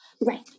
Right